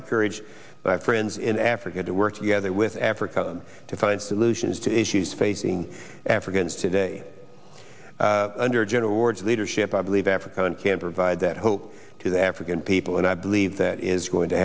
encourage my friends in africa to work together with africa to find solutions to issues facing africans today under general or to leaders ship i believe african can provide that hope to the african people and i believe that is going to